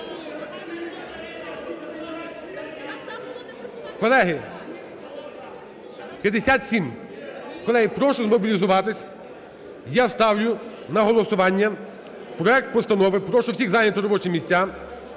Колеги! 57. Колеги, прошу змобілізуватись. Я ставлю на голосування проект Постанови – прошу всіх зайняти робочі місця